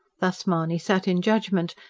thus mahony sat in judgment,